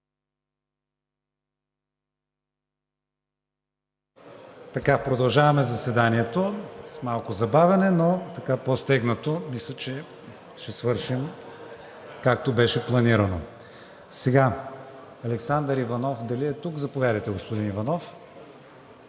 Продължаваме заседанието с малко забавяне, но така, по-стегнато, мисля, че ще свършим, както беше планирано. Александър Иванов дали е тук? Заповядайте, господин Иванов.